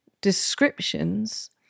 descriptions